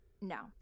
No